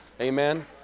Amen